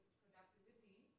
productivity